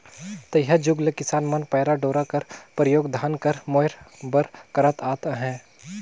तइहा जुग ले किसान मन पैरा डोरा कर परियोग धान कर मोएर बर करत आत अहे